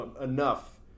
enough